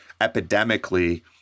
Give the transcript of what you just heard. epidemically